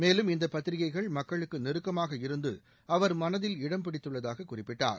மேலும் இந்தப் பத்திரிக்கைகள் மக்களுக்கு நெருக்கமாக இருந்து அவர்கள் மனதில் இடம் பிடித்துள்ளதாக குறிப்பிட்டார்